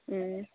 ও